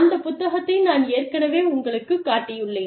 அந்த புத்தகத்தை நான் ஏற்கனவே உங்களுக்குக் காட்டியுள்ளேன்